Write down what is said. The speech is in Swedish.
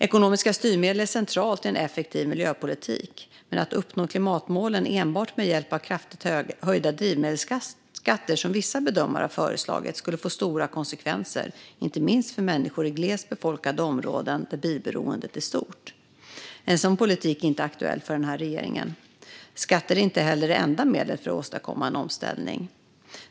Ekonomiska styrmedel är centralt i en effektiv miljöpolitik, men att uppnå klimatmålen enbart med hjälp av kraftigt höjda drivmedelsskatter, som vissa bedömare har föreslagit, skulle få stora konsekvenser, inte minst för människor i glesbefolkade områden där bilberoendet är stort. En sådan politik är inte aktuell för den här regeringen. Skatter är heller inte det enda medlet för att åstadkomma en omställning.